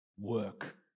work